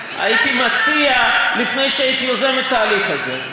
הייתי מציע לפני שהייתי יוזם את ההליך הזה,